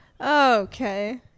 Okay